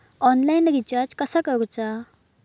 Online recharge कसा करूचा?